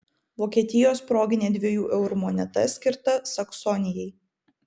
vokietijos proginė dviejų eurų moneta skirta saksonijai